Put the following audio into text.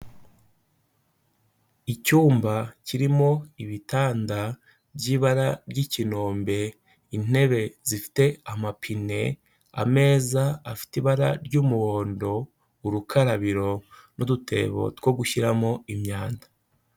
Icyumba kirimo ibitanda by'ibara ry'ikinombe, intebe zifite amapine, ameza afite ibara ry'umuhondo, urukarabiro n'udutebo two gushyiramo imyanda.